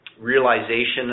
realization